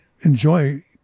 enjoy